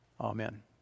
Amen